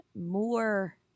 more